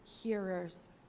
hearers